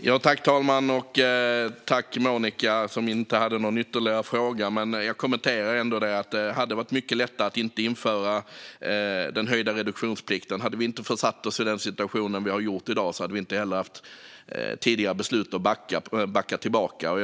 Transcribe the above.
Herr talman! Tack, Monica, som inte hade någon ytterligare fråga! Jag vill ändå kommentera att det hade varit mycket lättare att inte införa den höjda reduktionsplikten. Hade vi inte försatt oss i den situation där vi är i dag hade vi inte heller behövt backa tillbaka tidigare beslut.